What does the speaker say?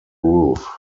roof